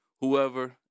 whoever